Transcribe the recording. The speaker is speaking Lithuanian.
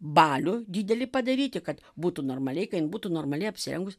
balių didelį padaryti kad būtų normaliai kad jin būtų normaliai apsirengus